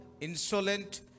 insolent